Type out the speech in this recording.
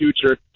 future